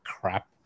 crap